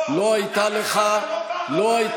לא, אתה כשלת, לא פעם ולא פעמיים.